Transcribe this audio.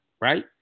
right